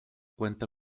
cuenta